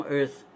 Earth